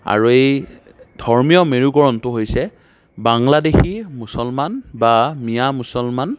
আৰু এই ধৰ্মীয় মেৰুকৰণটো হৈছে বাংলাদেশী মুছলমান বা মিয়া মুছলমান